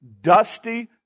dusty